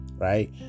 Right